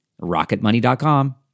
rocketmoney.com